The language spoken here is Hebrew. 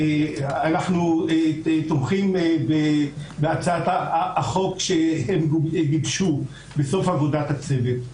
אנו תומכים בהצעת החוק שהם גיבשו בסוף עבודת הצוות.